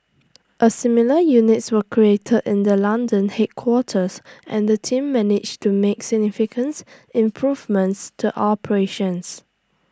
A similar units were created in the London headquarters and the team managed to make significance improvements to operations